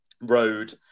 road